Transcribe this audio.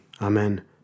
Amen